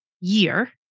year